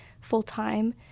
full-time